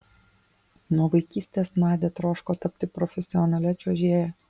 nuo vaikystės nadia troško tapti profesionalia čiuožėja